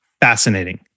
fascinating